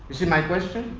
see my question?